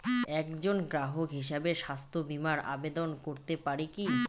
একজন গ্রাহক হিসাবে স্বাস্থ্য বিমার আবেদন করতে পারি কি?